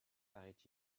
paraît